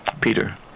Peter